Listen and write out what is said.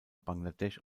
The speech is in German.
bangladesch